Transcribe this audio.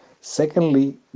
Secondly